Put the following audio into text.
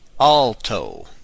Alto